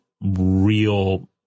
real